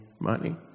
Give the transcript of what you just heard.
money